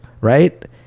Right